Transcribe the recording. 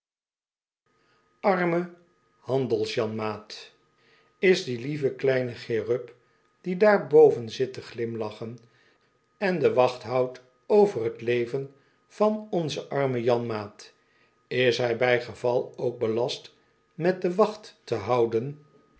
n ma at is die lieve kleine cherub die daar boven zit te glimlachen en de wacht houdt over t leven van onzen armen janmaat is hij bijgeval ook belast met de wacht te houden